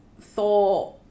thought